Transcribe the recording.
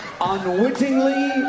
unwittingly